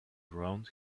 around